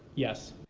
yes.